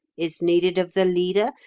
is needed of the leader,